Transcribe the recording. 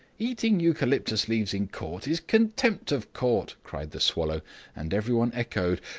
eating eucalyptus leaves in court is contempt of court, cried the swallow and everyone echoed,